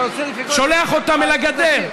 שולח אותם אל הגדר,